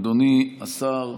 אדוני השר,